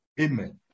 Amen